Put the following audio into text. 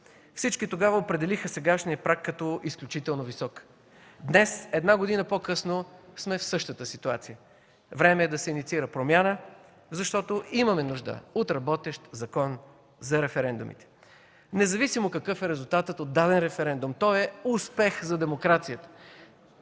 Всички тогава определиха сегашния праг като изключително висок. Днес – една година по-късно, сме в същата ситуация. Време е да се инициира промяна, защото имаме нужда от работещ закон за референдумите. Независимо какъв е резултатът от даден референдум, той е успех за демокрацията.